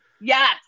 yes